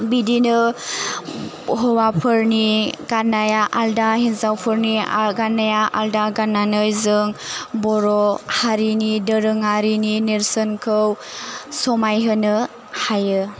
बिदिनो हौवाफोरनि गाननाया आलदा हिन्जाफोरनि आल गाननाया आलदा गाननानै जों बर' हारिनि दोहोरोङारिनि नेरसोनखौ समायहोनो हायो